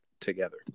together